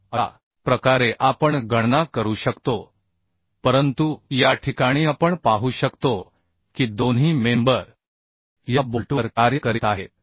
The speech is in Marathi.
तर अशा प्रकारे आपण गणना करू शकतो परंतु या ठिकाणीआपण पाहू शकतो की दोन्ही मेंबर या बोल्टवर कार्य करीत आहेत